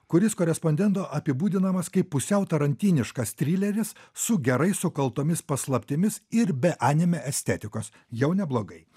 kuris korespondento apibūdinamas kaip pusiau tarantiniškas trileris su gerai sukaltomis paslaptimis ir be anime estetikos jau neblogai